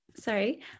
Sorry